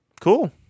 cool